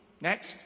Next